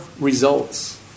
results